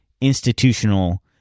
institutional